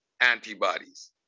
antibodies